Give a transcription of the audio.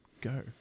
Go